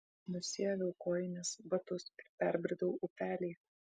nusiaviau kojines batus ir perbridau upelį